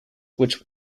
which